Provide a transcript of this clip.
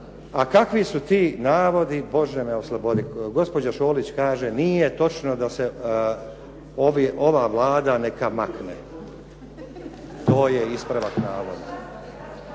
a kakvi su ti navodi, Bože me oslobodi. Gospođa Šolić kaže nije točno da se ova Vlada neka makne. To je ispravak navoda.